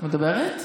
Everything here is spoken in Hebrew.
את מדברת?